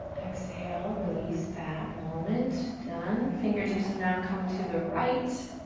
exhale, release that moment, done. fingertips are now come to the right.